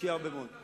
והשקיע הרבה מאוד.